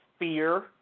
fear